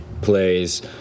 plays